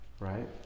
right